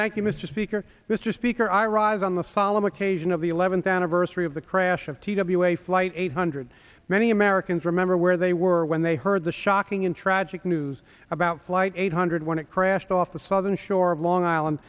thank you mr speaker this speaker i rise on the solemn occasion of the eleventh anniversary of the crash of t w a flight eight hundred many americans remember where they were when they heard the shocking and tragic news about flight eight hundred when it crashed off the southern shore of long island